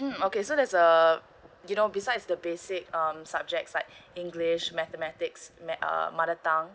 mm okay so that's uh you know besides the basic um subjects like english mathematics um mother tongue